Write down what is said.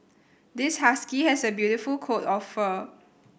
this husky has a beautiful coat of fur